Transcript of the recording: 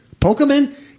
Pokemon